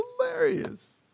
hilarious